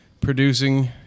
producing